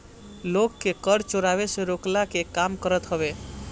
लोग के कर चोरावे से रोकला के काम करत हवे